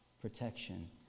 protection